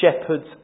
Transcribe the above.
shepherds